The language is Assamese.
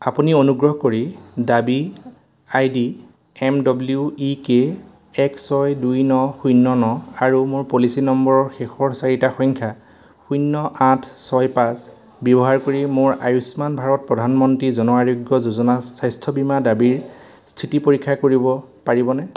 আপুনি অনুগ্ৰহ কৰি দাবী I D M W E K এক ছয় দুই ন শূন্য ন আৰু মোৰ পলিচী নম্বৰৰ শেষৰ চাৰিটা সংখ্যা শূন্য আঠ ছয় পাঁচ ব্যৱহাৰ কৰি মোৰ আয়ুষ্মান ভাৰত প্ৰধানমন্ত্ৰী জন আৰোগ্য যোজনা স্বাস্থ্য বীমা দাবীৰ স্থিতি পৰীক্ষা কৰিব পাৰিবনে